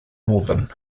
northern